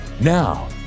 Now